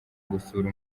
gusura